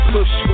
Push